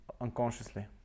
unconsciously